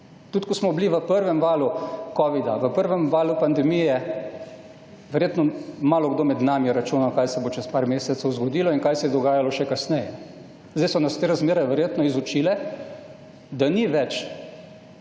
Tudi ko smo bili v prvem valu covida, v prvem valu pandemije, verjetno je malokdo med nami računal kaj se bo čez par mesecev zgodilo in kaj se je dogajalo še kasneje. Zdaj so nas te razmere verjetno izučile, da ni več